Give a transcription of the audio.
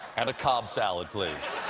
and a cobb salad, please.